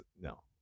No